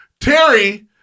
Terry